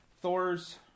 Thor's